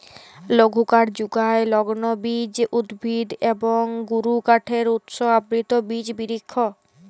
লঘুকাঠ যুগায় লগ্লবীজ উদ্ভিদ এবং গুরুকাঠের উৎস আবৃত বিচ বিরিক্ষ